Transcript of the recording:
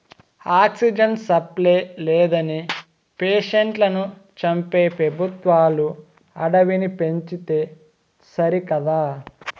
oxygen supply లేదని పేషెంట్లను చంపే పెబుత్వాలు అడవిని పెంచితే సరికదా